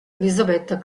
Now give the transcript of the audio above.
elisabetta